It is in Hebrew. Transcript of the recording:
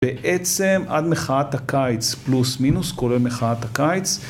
בעצם עד מחאת הקיץ, פלוס מינוס, כולל מחאת הקיץ.